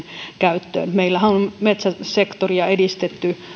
käyttöön meillähän on metsäsektoria edistetty